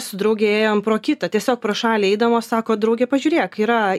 su drauge ėjome pro kitą tiesiog pro šalį eidamos sako draugė pažiūrėk yra